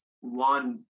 one